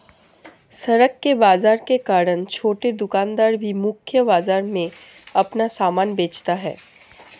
सड़क के बाजार के कारण छोटे दुकानदार भी मुख्य बाजार में अपना सामान बेचता है